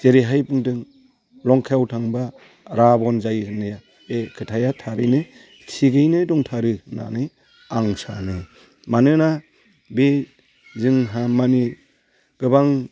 जेरैहाय बुंदों लंखायाव थांब्ला राबन जायो होननाया बे खोथाया थारैनो थिगैनो दंथारो होननानै आं सानो मानोना बे जोंहा मानि गोबां